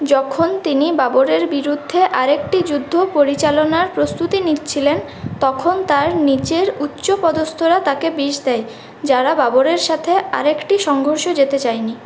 যখন তিনি বাবরের বিরুদ্ধে আরেকটি যুদ্ধ পরিচালনার প্রস্তুতি নিচ্ছিলেন তখন তাঁর নিচের উচ্চপদস্থরা তাঁকে বিষ দেয় যারা বাবরের সাথে আর একটি সংঘর্ষ যেতে চায়নি